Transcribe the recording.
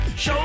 Show